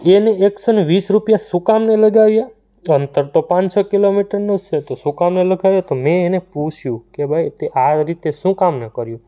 એને એકસોને વીસ રૂપિયા શું કામ ન લગાવ્યા અંતર તો પાંચસો કિલોમીટરનું જ છે તો શું કામ એ લગાવ્યા તો એને પૂછ્યું કે ભાઈ તે આ રીતે શું કામ ન કર્યું